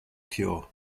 cure